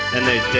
and they'd